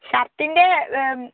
ഷർട്ടിൻ്റെ